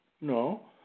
no